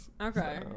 okay